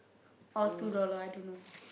or two dollar I don't know